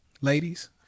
ladies